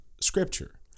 Scripture